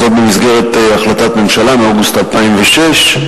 זאת במסגרת החלטת הממשלה מאוגוסט 2006,